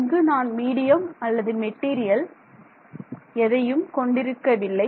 இங்கு நான் மீடியம் அல்லது மெட்டீரியல் எதையும் கொண்டிருக்கவில்லை